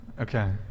Okay